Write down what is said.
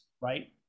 right